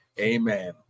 Amen